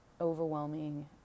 overwhelming